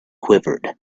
quivered